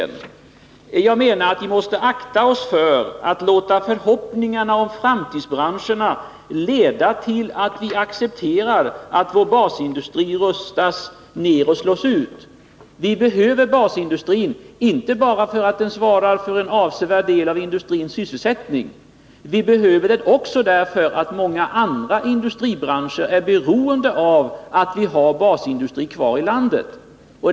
Enligt min mening måste vi akta oss för att låta förhoppningarna om framtidsbranscherna leda till att vi accepterar att vår basindustri rustas ner och slås ut. Vi behöver basindustrin, inte bara för att den svarar för en avsevärd del av industrins sysselsättning utan också därför att många andra industribranscher är beroende av att vi har basindustri kvar i landet.